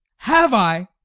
have i